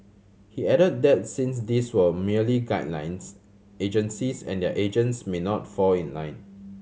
he added that since these were merely guidelines agencies and their agents may not fall in line